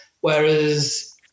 Whereas